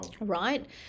right